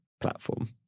Platform